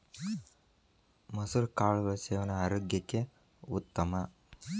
ಮಸುರ ಕಾಳುಗಳ ಸೇವನೆ ಆರೋಗ್ಯಕ್ಕೆ ಉತ್ತಮ